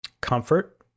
comfort